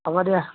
হ'ব দিয়া